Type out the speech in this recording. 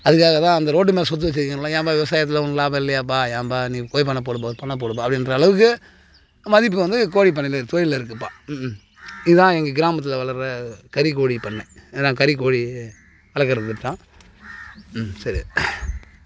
அதுக்காக தான் அந்த ரோட்டு மேலே சொத்து வச்சு இருக்கிறவன்லாம் ஏன்ப்பா விவசாயத்தில் ஒன்றும் லாபம் இல்லையப்பா ஏன்ப்பா நீ கோழிப்பண்ணை போடுப்பா பண்ணை போடுப்பா அப்படின்ற அளவுக்கு மதிப்பு வந்து கோழிப்பண்ணையில் இருக்குது தொழிலில் இருக்குதுப்பா இதுதான் எங்கள் கிராமத்தில் வளர்கிற கறி கோழி பண்ணை நாங்கள் கறி கோழி வளர்க்குற திட்டம் ம் சரி